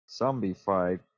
Zombified